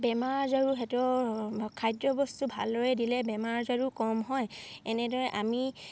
বেমাৰ আজাৰো হেঁতৰ খাদ্যবস্তু ভালদৰে দিলে বেমাৰ আজাৰো কম হয় এনেদৰে আমি